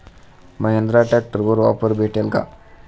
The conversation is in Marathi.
महिंद्रा ट्रॅक्टरवर ऑफर भेटेल का?